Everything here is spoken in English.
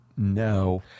No